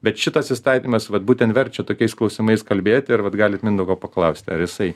bet šitas įstatymas vat būtent verčia tokiais klausimais kalbėti ir vat galit mindaugo paklausti ar jisai